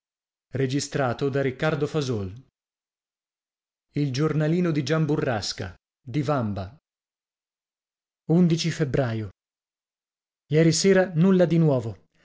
o e il ono e e febbraio ieri sera nulla di nuovo